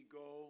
go